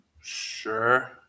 Sure